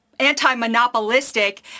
anti-monopolistic